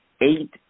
Eight